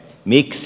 miksi